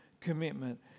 commitment